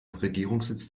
regierungssitz